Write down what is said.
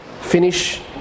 finish